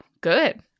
good